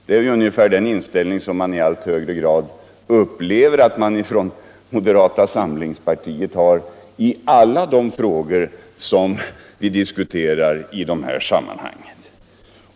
Det är ungefär den inställning som man i allt högre grad upplever att moderata samlingspartiet har i alla de frågor vi diskuterar i de här sammanhangen.